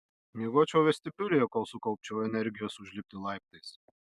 miegočiau vestibiulyje kol sukaupčiau energijos užlipti laiptais